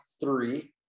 three